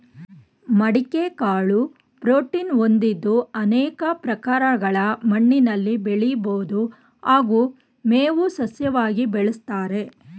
ಮಡಿಕೆ ಕಾಳು ಪ್ರೋಟೀನ್ ಹೊಂದಿದ್ದು ಅನೇಕ ಪ್ರಕಾರಗಳ ಮಣ್ಣಿನಲ್ಲಿ ಬೆಳಿಬೋದು ಹಾಗೂ ಮೇವು ಸಸ್ಯವಾಗಿ ಬೆಳೆಸ್ತಾರೆ